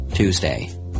Tuesday